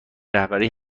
رهبری